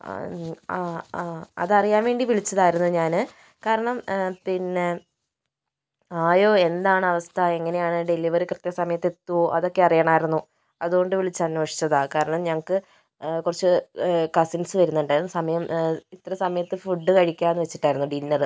അ ആ ആ അത് അറിയാൻ വേണ്ടി വിളിച്ചതായിരുന്നു ഞാൻ കാരണം പിന്നെ ആയോ എന്താണ് അവസ്ഥ എങ്ങനെയാണ് ഡെലിവറി കൃത്യ സമയത്ത് എത്തുമോ അതൊക്കെ അറിയണമായിരുന്നു അതുകൊണ്ട് വിളിച്ച് അന്വേഷിച്ചതാണ് കാരണം ഞങ്ങൾക്ക് കുറച്ച് കസിൻസ് വരുന്നുണ്ടായിരുന്നു സമയം ഇത്ര സമയത്ത് ഫുഡ് കഴിക്കാം എന്ന് വെച്ചിട്ടായിരുന്നു ഡിന്നർ